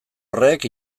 horrek